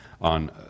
on